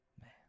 man